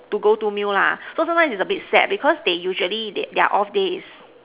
to go to meal lah so sometimes is a bit sad because they usually they their off days is